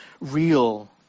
real